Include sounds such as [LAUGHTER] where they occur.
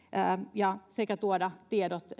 sekä tuoda tiedot [UNINTELLIGIBLE]